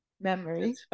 memory